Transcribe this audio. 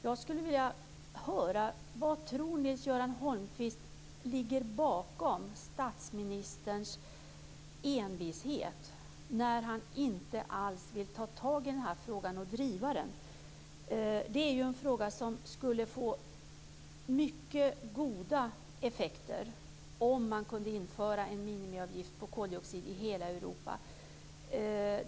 Jag skulle vilja höra vad Nils Göran Holmqvist tror ligger bakom statsministerns envishet när han inte alls vill ta tag i denna fråga och driva den. Det är ju en fråga som skulle få mycket goda effekter om man kunde införa en minimiavgift på koldioxid i hela Europa.